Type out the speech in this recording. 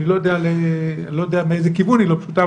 אני לא יודע מאיזה כיוון היא לא פשוטה,